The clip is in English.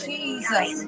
Jesus